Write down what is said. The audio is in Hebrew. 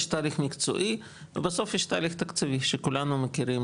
יש תהליך מקצועי ובסוף יש תהליך תקציבי שכולנו מכירים